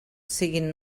siguin